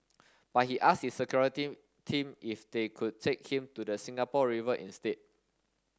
but he asked his security team if they could take him to the Singapore River instead